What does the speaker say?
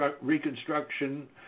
reconstruction